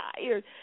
tired